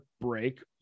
break